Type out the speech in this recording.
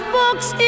books